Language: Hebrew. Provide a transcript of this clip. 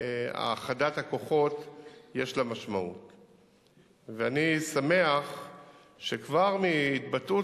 אם זה תמרור,